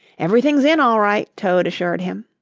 everything's in all right, toad assured him.